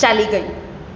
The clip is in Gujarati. ચાલી ગઈ